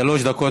שלוש דקות.